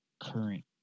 current